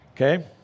okay